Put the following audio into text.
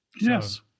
Yes